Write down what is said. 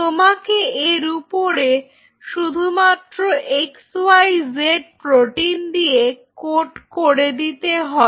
তোমাকে এর উপরে শুধুমাত্র এক্স ওয়াই জেড প্রোটিন দিয়ে কোট করে দিতে হবে